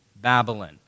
Babylon